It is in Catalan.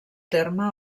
terme